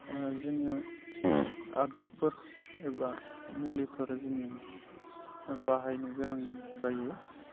जोङो आगजुफोर एबा मुलिफोरो जोङो बाहायनो गोनां जायो